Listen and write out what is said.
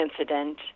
incident